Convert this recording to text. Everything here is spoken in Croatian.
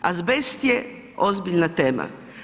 Azbest je ozbiljna tema.